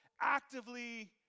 actively